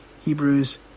Hebrews